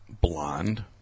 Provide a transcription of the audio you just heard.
blonde